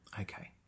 Okay